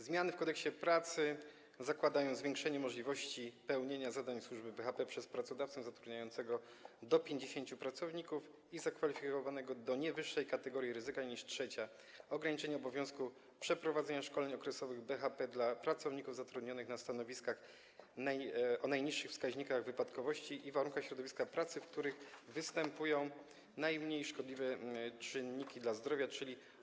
Zmiany w Kodeksie pracy obejmują: zwiększenie możliwości pełnienia zadań służby BHP przez pracodawcę zatrudniającego do 50 pracowników i zakwalifikowanego do nie wyższej kategorii ryzyka niż trzecia; ograniczenie obowiązku przeprowadzania szkoleń okresowych BHP dla pracowników zatrudnionych na stanowiskach o najniższych wskaźnikach wypadkowości i w warunkach środowiska pracy, w których występują najmniej szkodliwe dla zdrowia czynniki.